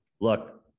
look